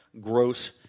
gross